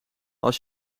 als